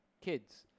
kids